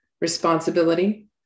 responsibility